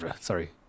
Sorry